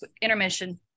Intermission